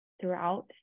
throughout